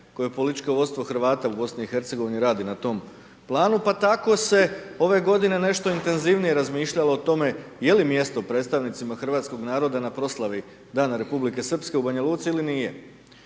koje političko vodstvo Hrvata u Bosni i Hercegovini radi na tom planu, pa tako se ove godine nešto intenzivnije razmišljalo o tome je li mjesto predstavnicima hrvatskog naroda na proslavi Dana Republike Srpske u Banja Luci ili nije.